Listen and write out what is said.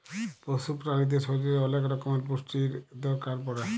পশু প্রালিদের শরীরের ওলেক রক্যমের পুষ্টির দরকার পড়ে